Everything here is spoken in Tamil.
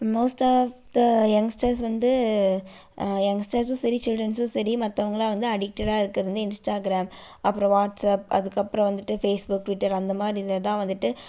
மோஸ்ட் ஆஃப் த எங்ஸ்டர்ஸ் வந்து எங்ஸ்டர்ஸும் சரி சில்ட்ரன்ஸும் சரி மற்றவங்க எல்லாம் வந்து அடிக்ட்டடாக இருக்கிறது வந்து இன்ஸ்ட்டாகிராம் அப்புறம் வாட்ஸ்அப் அதுக்கப்புறம் வந்துட்டு ஃபேஸ்புக் ட்விட்டர் அந்தமாதிரி இதை தான் வந்துட்டு